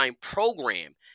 program